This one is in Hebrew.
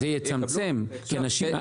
אתה יכול לבקש נניח מהחקלאים,